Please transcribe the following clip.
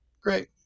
great